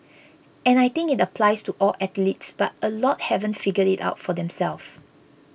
and I think it applies to all athletes but a lot haven't figured it out for themselves